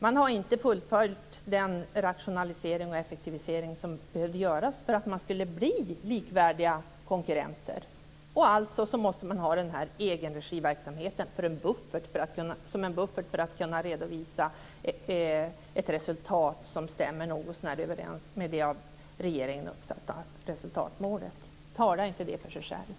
Man har inte fullföljt den rationalisering och effektivisering som behövde göras för att man skulle bli likvärdiga konkurrenter, och alltså måste man ha den här verksamheten i egen regi som en buffert för att kunna redovisa ett resultat som stämmer något så när överens med det av regeringen uppsatta resultatmålet. Talar inte det för sig självt?